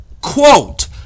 quote